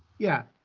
yeah.